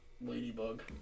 Ladybug